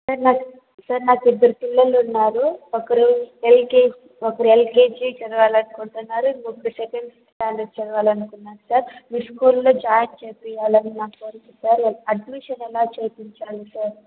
sir నాకు sir నాకు ఇద్దరు పిల్లలున్నారు ఒకరు ఎల్కే ఒకరు ఎల్కేజీ చదవాలనుకుంటున్నారు ఇంకొకరు సెకండ్ స్టాండర్డ్ చదవాలనుకున్నారు సార్ మీ స్కూల్లో జాయిన్ చేయించాలని నా కోరిక సార్ అడ్మిషన్ ఎలా చేయించాలి సార్